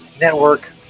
network